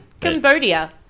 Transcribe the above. Cambodia